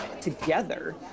together